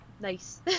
Nice